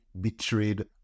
betrayed